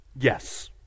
Yes